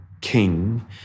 King